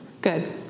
Good